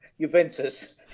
Juventus